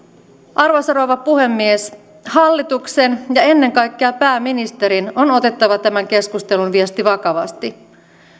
arvoisa rouva puhemies hallituksen ja ennen kaikkea pääministerin on otettava tämän keskustelun viesti vakavasti